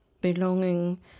belonging